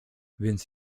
więc